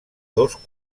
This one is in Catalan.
dos